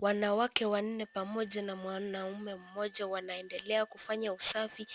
Wanawake wanne pamoja na mwanamme mmoja wanaendelea kufanya usafi